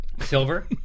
Silver